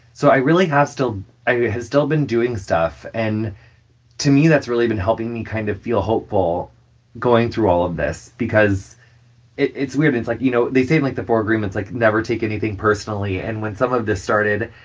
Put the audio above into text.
so i really have still i have still been doing stuff. and to me, that's really been helping me kind of feel hopeful going through all of this because it's weird it's like, you know, they say in, like, the four agreements, like, never take anything personally. and when some of this started,